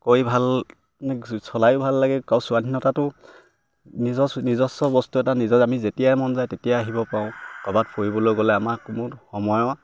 কৰি ভাল মানে চলায়ো ভাল লাগে কা স্বাধীনতাটো নিজস্ব নিজস্ব বস্তু এটা নিজে আমি যেতিয়াই মন যায় তেতিয়াই আহিব পাৰোঁ ক'বাত ফুৰিবলৈ গ'লে আমাক কোনো সময়ৰ